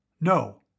No